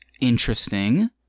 Interesting